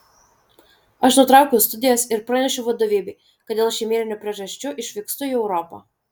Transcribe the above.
aš nutraukiau studijas ir pranešiau vadovybei kad dėl šeimyninių priežasčių išvykstu į europą